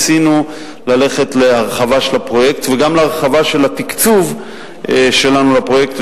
ניסינו ללכת להרחבה של הפרויקט וגם להרחבה של התקצוב שלנו לפרויקט,